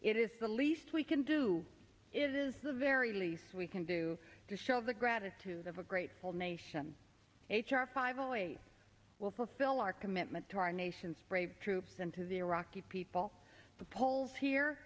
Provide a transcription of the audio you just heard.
it is the least we can do it is the very least we can do to show the gratitude of a grateful nation h r five always will fulfill our commitment to our nation's brave troops and to the iraqi people the polls here